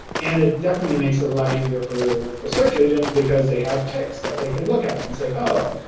and it definitely makes it a lot easier for for search engines because they have text that they can look at and say, oh,